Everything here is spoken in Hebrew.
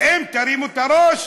ואם תרימו את הראש,